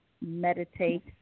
meditate